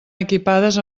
equipades